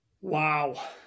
Wow